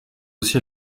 aussi